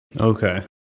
Okay